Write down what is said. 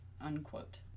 Unquote